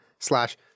Slash